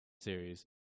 series